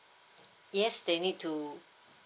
yes they need to